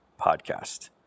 podcast